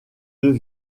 deux